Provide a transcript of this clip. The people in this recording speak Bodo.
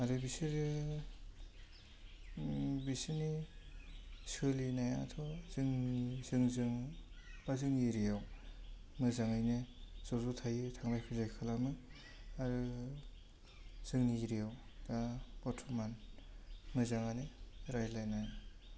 आरो बिसोरो बिसोरो सोलिनायाथ' जोंजों बा जोंनि एरियायाव मोजाङैनो ज'ज' थायो थांलाय फैलाय खालामो आरो जोंनि एरियायाव दा बर्थमान मोजाङानो रायज्लायनाया